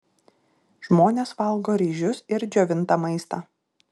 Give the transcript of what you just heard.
žmonės valgo ryžius ir džiovintą maistą